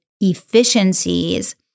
efficiencies